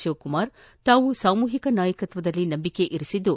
ಶಿವಕುಮಾರ್ ತಾವು ಸಾಮೂಹಿಕ ನಾಯಕತ್ವದಲ್ಲಿ ನಂಬಿಕೆ ಇರಿಸಿದ್ದು